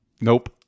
Nope